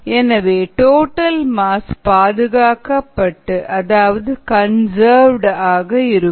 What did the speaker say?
எனவே total mass பாதுகாக்கப்பட்டு அதாவது கன்சர்விடு ஆக இருக்கும்